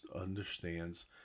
understands